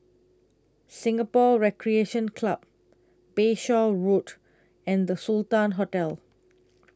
Singapore Recreation Club Bayshore Road and The Sultan Hotel